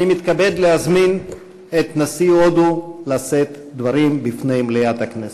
אני מתכבד להזמין את נשיא הודו לשאת דברים בפני מליאת הכנסת.